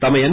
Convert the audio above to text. తమ ఎం